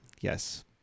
Yes